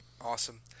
Awesome